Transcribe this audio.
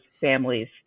families